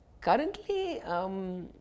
currently